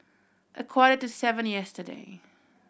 a quarter to seven yesterday